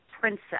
princess